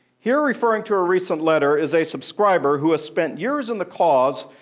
here, referring to a recent letter, is a subscriber who has spent years in the cause,